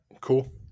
Cool